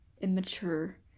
immature